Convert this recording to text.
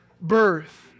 birth